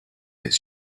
his